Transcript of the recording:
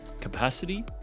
capacity